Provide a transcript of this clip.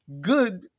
good